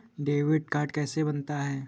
Debit card कैसे बनता है?